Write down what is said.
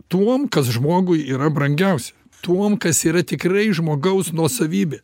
tuom kas žmogui yra brangiausia tuom kas yra tikrai žmogaus nuosavybė